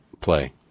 play